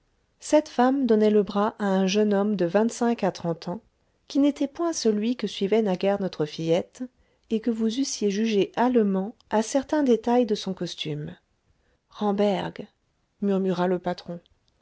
cette femme donnait le bras à un jeune homme de vingt-cinq à trente ans qui n'était point celui que suivait naguère notre fillette et que vous eussiez jugé allemand à certains détails de son costume ramberg murmura le patron